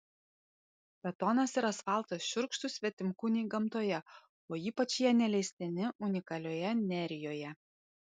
betonas ir asfaltas šiurkštūs svetimkūniai gamtoje o ypač jie neleistini unikalioje nerijoje